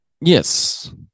Yes